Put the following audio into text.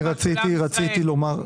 אני רציתי לומר,